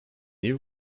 new